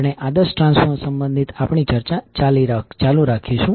આપણે આદર્શ ટ્રાન્સફોર્મર સંબંધિત આપણી ચર્ચા ચાલુ રાખીશું